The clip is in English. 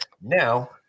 Now